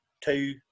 two